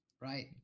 right